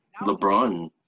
LeBron